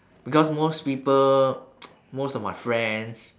because most people most of my friends